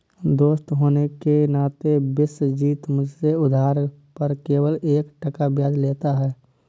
दोस्त होने के नाते विश्वजीत मुझसे उधार पर केवल एक टका ब्याज लेता है